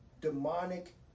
demonic